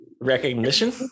Recognition